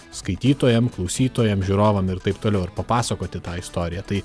skaitytojam klausytojam žiūrovam ir taip toliau ir papasakoti tą istoriją tai